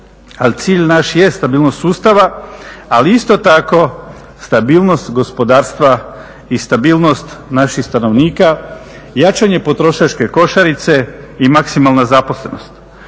cilj naš jest stabilnost sustava, ali isto tako stabilnost gospodarstva i stabilnost naših stanovnika, jačanje potrošačke košarice i maksimalna zaposlenost.